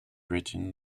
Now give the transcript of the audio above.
written